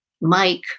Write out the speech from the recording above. Mike